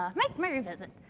ah like might revisit.